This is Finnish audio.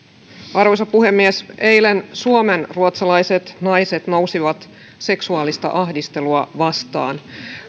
arvoisa puhemies eilen suomenruotsalaiset naiset nousivat seksuaalista ahdistelua vastaan